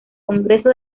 congreso